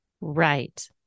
Right